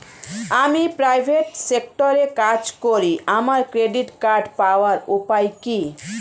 আমি প্রাইভেট সেক্টরে কাজ করি আমার ক্রেডিট কার্ড পাওয়ার উপায় কি?